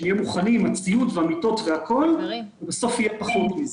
שנהיה מוכנים עם הציוד והמיטות והכול ובסוף יהיה פחות מזה.